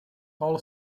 all